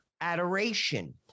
adoration